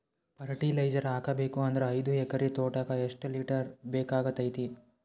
Fertiliser ಹಾಕಬೇಕು ಅಂದ್ರ ಐದು ಎಕರೆ ತೋಟಕ ಎಷ್ಟ ಲೀಟರ್ ಬೇಕಾಗತೈತಿ?